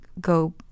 go